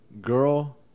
Girl